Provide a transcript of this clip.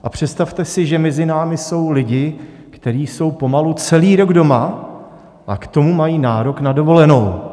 A představte si, že mezi námi jsou lidé, kteří jsou pomalu celý rok doma, a k tomu mají nárok na dovolenou.